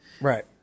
Right